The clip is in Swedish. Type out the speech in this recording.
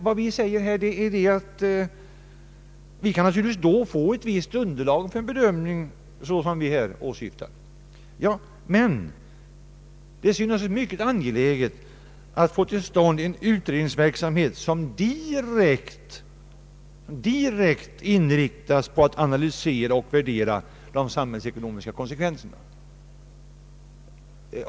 Vad vi säger är att vi naturligtvis kan få ett visst underlag för en bedömning av det slag vi åsyftar, men det synes oss mycket angeläget att få till stånd en utredningsverksamhet som direkt inriktas på att analysera och värdera de samhällsekonomiska konsekvenserna.